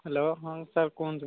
hello ହଁ sir କୁହନ୍ତୁ